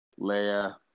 Leia